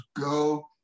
go